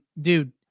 dude